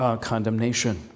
condemnation